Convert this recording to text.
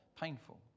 painful